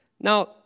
Now